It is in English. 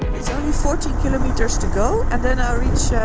it's only forty kilometers to go and then i'll reach